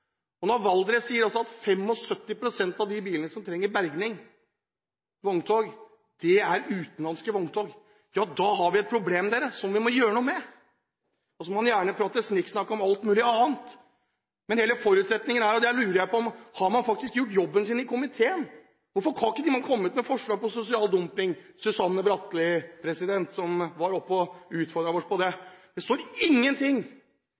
her. Når avisen Valdres skriver at 75 pst av dem som trenger berging, er utenlandske vogntog, ja, da har vi et problem som vi må gjøre noe med. Så må man gjerne komme med snikksnakk om alt mulig annet, men jeg lurer på hele forutsetningen her: Har man faktisk gjort jobben sin i komiteen? Hvorfor har man ikke kommet med forslag om sosial dumping, som Susanne Bratli var oppe her og utfordret oss på? Det